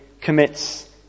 Commits